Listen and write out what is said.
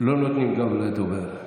לא נותנים גב לדובר.